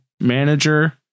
manager